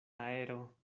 aero